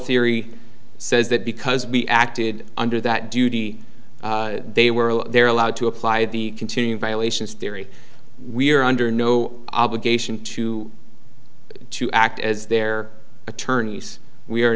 theory says that because we acted under that duty they were they're allowed to apply the continuing violations theory we're under no obligation to to act as their attorneys we are